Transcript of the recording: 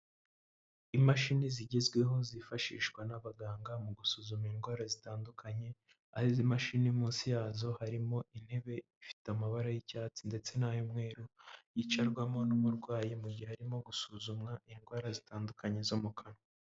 Imashini zigezweho zifashishwa n'abaganga mu gusuzuma indwara zitandukanye, aho izi mashini munsi yazo harimo intebe ifite amabara y'icyatsi ndetse n'ay'umweru, yicarwamo n'umurwayi mu gihe arimo gusuzumwa indwara zitandukanye zo mu kanwa.